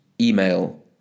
email